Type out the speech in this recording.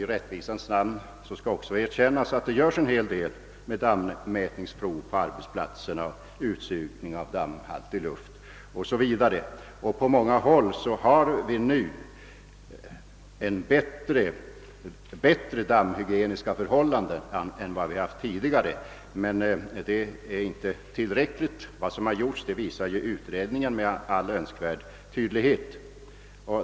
I rättvisans namn skall erkännas att det görs en hel del med dammätningsprov och utsugning av dammbhaltig luft, för att nämna några exempel, på arbetsplatserna. På många håll har de dammhygieniska förhållandena också blivit bättre än tidigare. Men det är inte tillräckligt — det framgår med all önskvärd tydlighet av den gjorda utredningen.